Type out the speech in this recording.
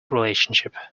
relationship